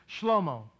Shlomo